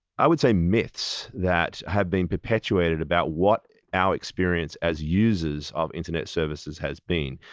i would say, myths that have been perpetuated about what our experience as users of internet services has been,